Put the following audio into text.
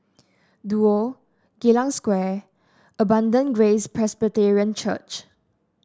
Duo Geylang Square Abundant Grace Presbyterian Church